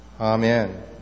Amen